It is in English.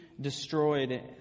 destroyed